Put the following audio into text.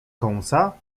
kąsa